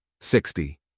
sixty